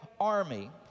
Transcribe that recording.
army